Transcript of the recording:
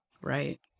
right